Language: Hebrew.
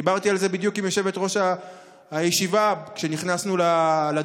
דיברתי על זה בדיוק עם יושבת-ראש הישיבה כשנכנסנו לדיון.